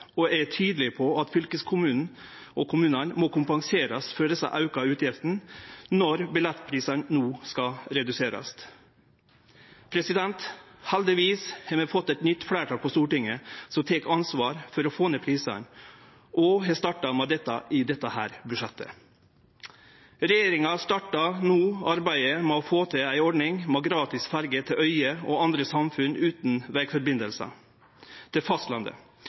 og er tydeleg på at fylkeskommunen og kommunane må kompenserast for dei auka utgiftene når billettprisane no skal reduserast. Heldigvis har vi fått eit nytt fleirtal på Stortinget som tek ansvar for å få ned prisane, og som har starta med det i dette budsjettet. Regjeringa startar no arbeidet med å få til ei ordning med gratis ferje til øyer og andre samfunn utan vegsamband til fastlandet,